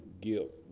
guilt